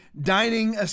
dining